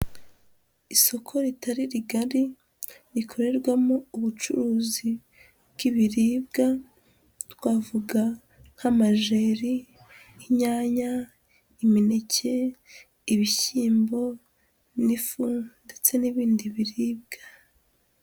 Isoko ritari rigari rikorerwamo ubucuruzi bw'ibiribwa twavuga nk'amajeri, inyanya, imineke, ibishyimbo n'ifuru ndetse n'ibindi biribwa.